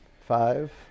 Five